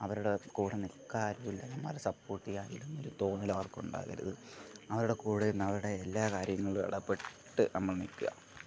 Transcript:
അവരുടെ കൂടെ നിൽക്കാൻ ആരും ഇല്ല അവരെ സപ്പോർട്ട് ചെയ്യാാൻ ആരുമില്ല എന്നൊരു തോന്നൽ അവർക്കും ഉണ്ടാകരുത് അവരുടെ കൂടെ നിന്ന് അവരുടെ എല്ലാ കാര്യങ്ങളിലും ഇടപെട്ട് നമ്മൾ നിൽക്കുക